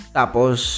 tapos